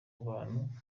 bantu